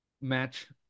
match